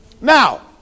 Now